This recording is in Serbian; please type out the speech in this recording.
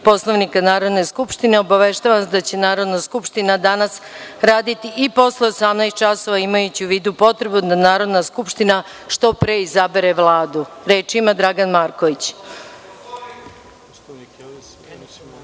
Poslovnika Narodne skupštine, obaveštavam vas da će Narodna skupština danas raditi i posle 18.00 časova, imajući u vidu potrebu da Narodna skupština što pre izabere Vladu. Reč ima narodni